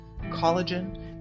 Collagen